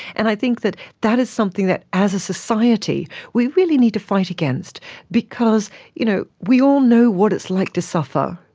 and i think that that is something that as a society we really need to fight against because you know we all know what it's like to suffer,